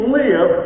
live